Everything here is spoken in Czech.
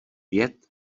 pět